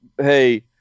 hey